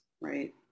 right